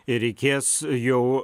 ir reikės jau